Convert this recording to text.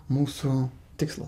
mūsų tikslas